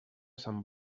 sant